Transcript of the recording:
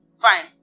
Fine